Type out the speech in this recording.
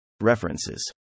References